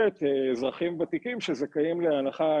אזרחים ותיקים שזכאים להנחה,